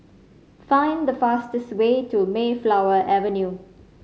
find the fastest way to Mayflower Avenue